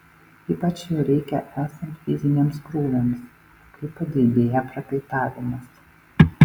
ypač jo reikia esant fiziniams krūviams kai padidėja prakaitavimas